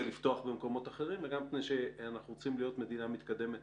לפתוח במקומות אחרים וגם מפני שאנחנו רוצים להיות מדינה מתקדמת